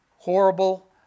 horrible